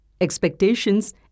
Expectations